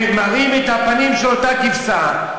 ומראים את הפנים של אותה כבשה.